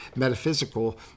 Metaphysical